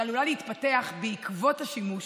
שעלולה להתפתח בעקבות השימוש,